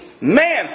Man